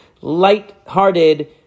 light-hearted